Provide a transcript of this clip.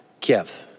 Kiev